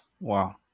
Wow